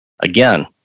again